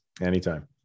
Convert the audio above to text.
Anytime